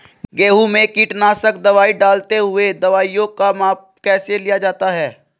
गेहूँ में कीटनाशक दवाई डालते हुऐ दवाईयों का माप कैसे लिया जाता है?